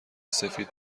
سفید